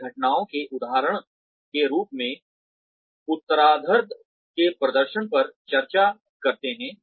वे घटनाओं के उदाहरण के रूप में उत्तरार्द्ध के प्रदर्शन पर चर्चा करते हैं